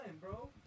bro